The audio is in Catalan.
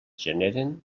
generen